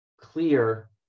clear